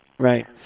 Right